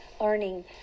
learning